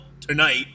tonight